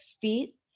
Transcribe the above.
feet